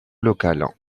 local